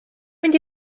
mynd